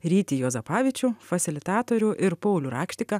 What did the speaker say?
rytį juozapavičių fasilitatorių ir paulių rakštiką